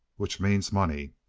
which means money.